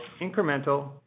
incremental